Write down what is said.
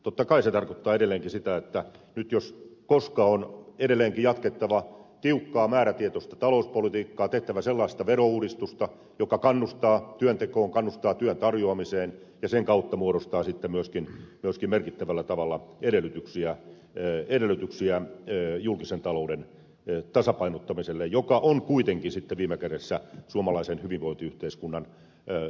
totta kai se tarkoittaa edelleenkin sitä että nyt jos koska on edelleenkin jatkettava tiukkaa määrätietoista talouspolitiikkaa tehtävä sellaista verouudistusta joka kannustaa työntekoon kannustaa työn tarjoamiseen ja sen kautta muodostaa sitten myöskin merkittävällä tavalla edellytyksiä julkisen talouden tasapainottamiselle joka on kuitenkin sitten viime kädessä suomalaisen hyvinvointiyhteiskunnan selviytymisen ehto